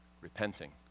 repenting